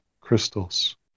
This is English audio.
crystals